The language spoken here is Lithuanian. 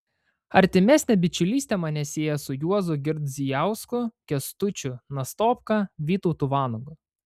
artimesnė bičiulystė mane sieja su juozu girdzijausku kęstučiu nastopka vytautu vanagu